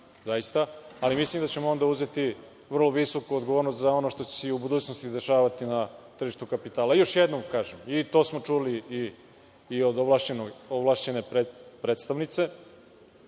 zaista, ali mislim da ćemo onda uzeti vrlo visoku odgovornost za ono što će se i u budućnosti dešavati na tržištu kapitala. Još jednom kažem, i to smo čuli i od ovlašćene predstavnice,